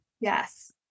Yes